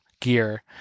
gear